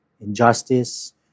Injustice